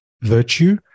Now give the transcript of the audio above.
virtue